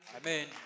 Amen